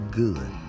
good